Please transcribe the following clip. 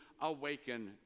awaken